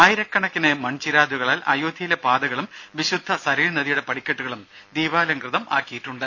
ആയിരക്കണക്കിന് മൺചിരാതുകളാൽ അയോധ്യയിലെ പാതകളും വിശുദ്ധ സരയു നദിയുടെ പടിക്കെട്ടുകളും ദീപാലംകൃതമാക്കിയിട്ടുണ്ട്